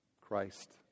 Christ